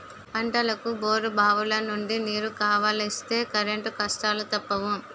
పంటలకు బోరుబావులనుండి నీరు కావలిస్తే కరెంటు కష్టాలూ తప్పవు